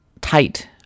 tight